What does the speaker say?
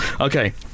Okay